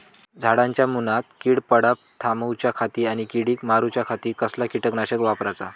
झाडांच्या मूनात कीड पडाप थामाउच्या खाती आणि किडीक मारूच्याखाती कसला किटकनाशक वापराचा?